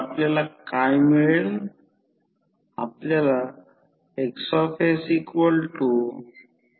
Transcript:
म्हणून जर लॉसेसकडे दुर्लक्ष केले गेले तर ते प्युर इंडक्टर सारखे कार्य करेल